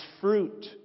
fruit